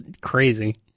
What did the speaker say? crazy